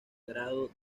grado